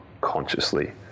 consciously